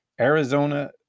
Arizona